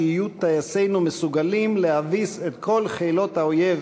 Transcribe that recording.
שיהיו טייסינו מסוגלים להביס את כל חילות האויב